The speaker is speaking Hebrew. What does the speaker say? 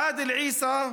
עאדל עיסא,